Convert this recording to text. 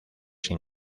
sin